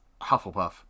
Hufflepuff